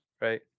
Right